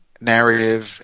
narrative